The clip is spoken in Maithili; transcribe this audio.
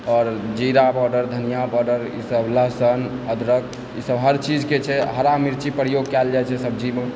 आओर जीरा पावडर धनिया पावडर ईसभ लहसन अदरख ईसभ हर चीजकेँ छै हरा मिर्ची प्रयोग कयल जाइत छै सब्जीमे